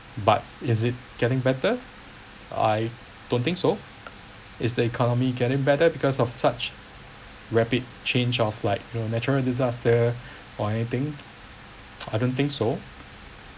but is it getting better I don't think so is the economy getting better because of such rapid change of like you know natural disaster or anything I don't think so